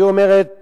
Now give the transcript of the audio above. היא אומרת